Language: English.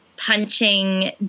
punching